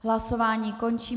Hlasování končím.